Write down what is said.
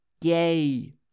Yay